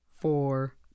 Four